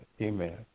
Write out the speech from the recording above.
Amen